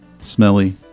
smelly